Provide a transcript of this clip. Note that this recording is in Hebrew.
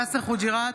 יאסר חוג'יראת,